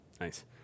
Nice